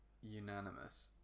unanimous